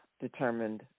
determined